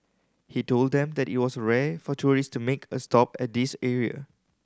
he told them that it was rare for tourist to make a stop at this area